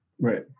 Right